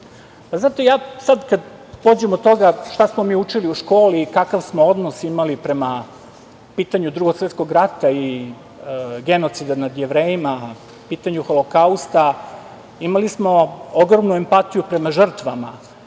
ja sad kada pođem od toga šta smo mi učili u školi i kakav smo odnos imali prema pitanju Drugog svetskog rata i genocida nad Jevrejima, pitanju „Holokausta“, imali smo ogromnu empatiju prema žrtvama